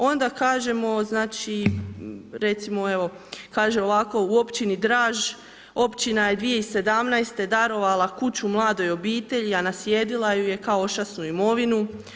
Onda kažemo, kažemo recimo, evo, kaže ovako, u općini Draž, općina je 2017. darovala kuću mladoj obitelji a naslijedila ju je kao ošasnu imovinu.